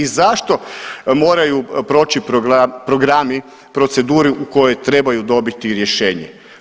I zašto moraju proći programi, procedure u kojima trebaju dobiti rješenje.